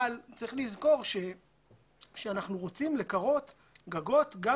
אבל צריך לזכור שאנחנו רוצים לקרות גגות גם